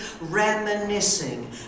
reminiscing